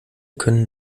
können